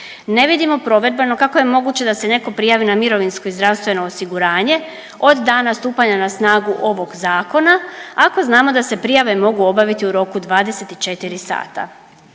Ne vidimo provedbeno kako je moguće da se netko prijavi na mirovinsko i zdravstveno osiguranje od dana stupanja na snagu ovog zakona, ako znamo da se prijave mogu obaviti u roku 24 sata.